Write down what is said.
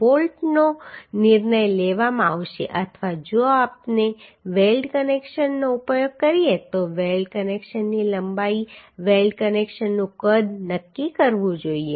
બોલ્ટનો નિર્ણય લેવામાં આવશે અથવા જો આપણે વેલ્ડ કનેક્શનનો ઉપયોગ કરીએ તો વેલ્ડ કનેક્શનની લંબાઈ વેલ્ડ કનેક્શનનું કદ નક્કી કરવું જોઈએ